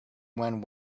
when